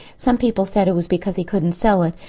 some people said it was because he couldn't sell it,